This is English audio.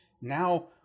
now